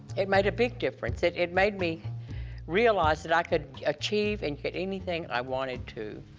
it made a big difference. it it made me realize that i could achieve, and get anything i wanted to.